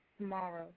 tomorrow